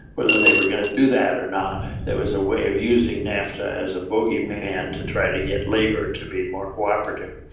whether they were going to do that or not, there was a way of using nafta as a boogie man to try to get labour to be more cooperative.